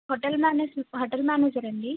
hotel manage hotel మేనేజరా అండీ